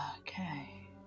Okay